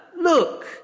look